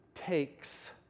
Takes